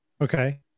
Okay